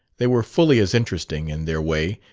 they were fully as interesting, in their way,